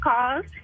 calls